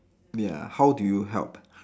ya how do you help